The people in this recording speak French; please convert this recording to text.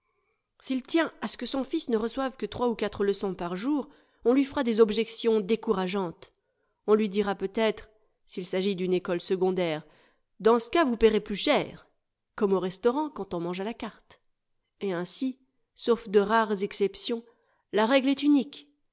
s'il tient à ce que son fils ne reçoive que trois ou quatre leçons par jour on lui fera des objections décourageantes on lui dira peut-être s'il s'agit d'une école secondaire dans ce cas vous paierez plus cher comme au restaurant quand on mange à la carte et ainsi sauf de rares exceptions la règle est unique